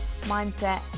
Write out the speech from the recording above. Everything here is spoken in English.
mindset